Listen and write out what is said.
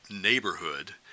neighborhood